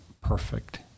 perfect